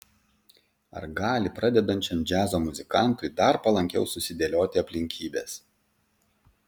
ar gali pradedančiam džiazo muzikantui dar palankiau susidėlioti aplinkybės